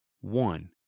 one